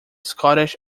scottish